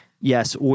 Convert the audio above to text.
Yes